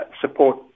support